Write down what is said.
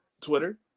Twitter